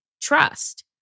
trust